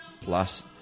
plus